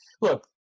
look